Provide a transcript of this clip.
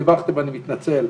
זאת אורמת שהבדיקה תהיה תקינה,